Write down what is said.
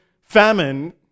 famine